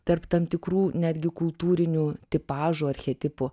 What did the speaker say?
tarp tam tikrų netgi kultūrinių tipažų archetipų